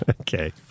Okay